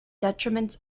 determinants